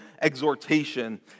exhortation